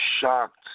shocked